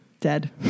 dead